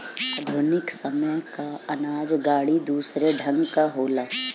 आधुनिक समय कअ अनाज गाड़ी दूसरे ढंग कअ होला